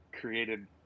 created